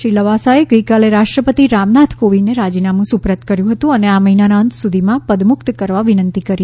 શ્રી લવાસાએ ગઈકાલે રાષ્ટ્રપતિ રામ નાથ કોવિંદને રાજીનામું સુપરત કર્યું હતું અને આ મહિનાના અંત સુધીમાં પદમુક્ત કરવા વિનંતી કરી હતી